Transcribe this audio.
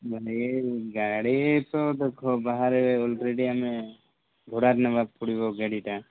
ମାନେ ଏ ଗାଡ଼ି ତ ଦେଖ ବାହାରେ ଅଲରେଡି ଆମେ ଭଡ଼ାରେ ନେବାକୁ ପଡ଼ିବ ଗାଡ଼ିଟା